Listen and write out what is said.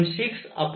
तर En हे 13